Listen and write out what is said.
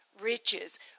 riches